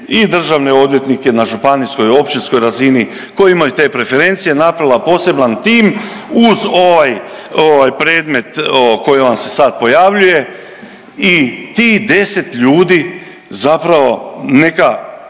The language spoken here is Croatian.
i državne odvjetnike na županijskoj, općinskoj razini koji imaju te preferencije, napravila poseban tim uz ovaj predmet, .../nerazumljivo/... koji vam se sad pojavljuje i tih 10 ljudi zapravo neka